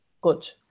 Good